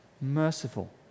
merciful